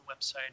website